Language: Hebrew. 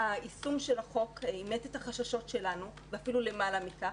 היישום של החוק אימת את החששות שלנו ואפילו למעלה מכך,